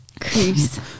Crease